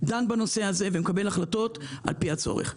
דן בנושא הזה ומקבל החלטות על פי הצורך.